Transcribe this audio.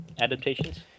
adaptations